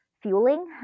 fueling